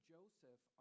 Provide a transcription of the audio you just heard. Joseph